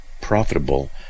profitable